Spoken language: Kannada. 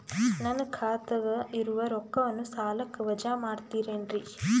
ನನ್ನ ಖಾತಗ ಇರುವ ರೊಕ್ಕವನ್ನು ಸಾಲಕ್ಕ ವಜಾ ಮಾಡ್ತಿರೆನ್ರಿ?